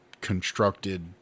constructed